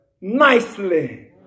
nicely